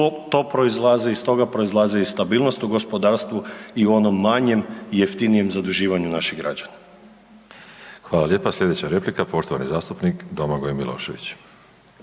toga proizlazi stabilnost u gospodarstvu i u onom manjem i jeftinijem zaduživanju naših građana. **Škoro, Miroslav (DP)** Hvala lijepa. Sljedeća replika poštovani zastupnik Domagoj Miloševića.